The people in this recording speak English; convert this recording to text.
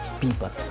people